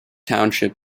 township